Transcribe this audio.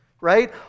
right